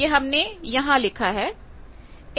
यह हमने यहां लिखा है